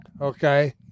okay